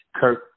Kirk